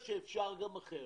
זה אומר שאפשר גם אחרת.